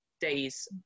days